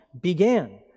began